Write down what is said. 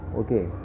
okay